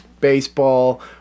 baseball